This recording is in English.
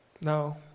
No